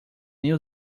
new